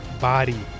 body